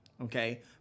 Okay